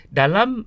dalam